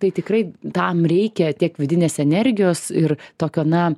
tai tikrai tam reikia tiek vidinės energijos ir tokio na